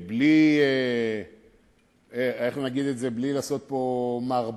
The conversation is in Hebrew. בלי, איך נגיד את זה בלי לעשות פה מערבולת,